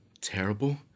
terrible